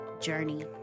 journey